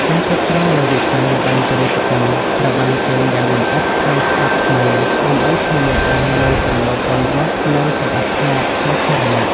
ការគ្រប់គ្រងលើវិស័យល្បែងពាណិជ្ជកម្មត្រូវបានចែងយ៉ាងលម្អិតក្នុងច្បាប់ថ្មី ដើម្បីធានាបាននូវចំណូលពន្ធរដ្ឋ និងសណ្ដាប់ធ្នាប់សាធារណៈ។